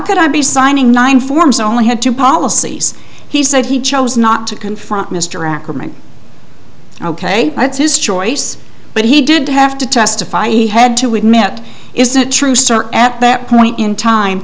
could i be signing nine forms only had two policies he said he chose not to confront mr ackerman ok it's his choice but he did have to testify he had to admit isn't true start at that point in time